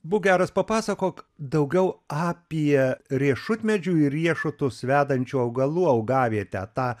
būk geras papasakok daugiau apie riešutmedžių ir riešutus vedančių augalų augavietę tą